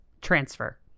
transfer